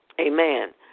Amen